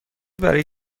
برای